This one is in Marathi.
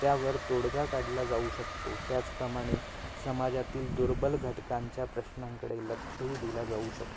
त्यावर तोडगा काढला जाऊ शकतो त्याचप्रमाणे समाजातील दुर्बल घटकांच्या प्रश्नांकडे लक्षही दिला जाऊ शकतो